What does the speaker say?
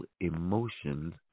emotions